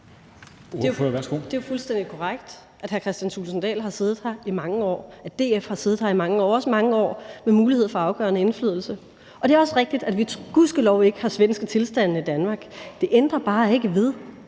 Det er jo fuldstændig korrekt, at hr. Kristian Thulesen Dahl har siddet her i mange år – at DF har siddet her i mange år, også mange år med mulighed for at få afgørende indflydelse. Og det er også rigtigt, at vi gudskelov ikke har svenske tilstande i Danmark. Det ændrer bare ikke ved,